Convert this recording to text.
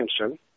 attention